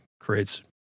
creates